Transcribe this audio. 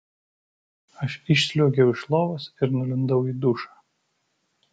aš išsliuogiau iš lovos ir nulindau į dušą